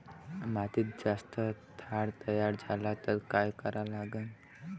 मातीत जास्त क्षार तयार झाला तर काय करा लागन?